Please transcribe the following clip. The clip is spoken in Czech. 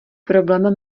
problém